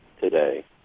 today